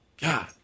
God